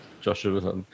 Joshua